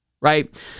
Right